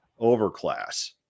overclass